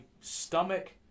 stomach